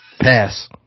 Pass